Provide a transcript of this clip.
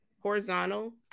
Horizontal